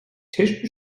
چششون